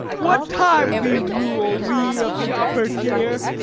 what time we rule, we of the upper tier?